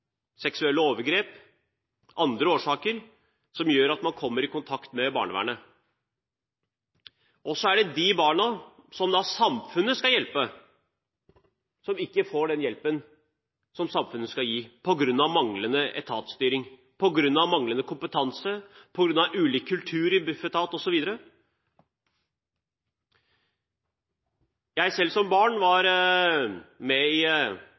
seksuelle overgrep, eller det er andre årsaker til at man kommer i kontakt med barnevernet. Disse barna, som samfunnet skal hjelpe, får ikke den hjelpen som samfunnet skal gi, på grunn av manglende etatstyring, på grunn av manglende kompetanse, på grunn av ulik kultur i Bufetat osv. Jeg var selv i barnevernsinstitusjon som barn,